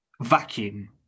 vacuum